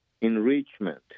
enrichment